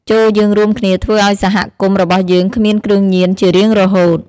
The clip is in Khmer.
ចូរយើងរួមគ្នាធ្វើឱ្យសហគមន៍របស់យើងគ្មានគ្រឿងញៀន ជារៀងរហូត។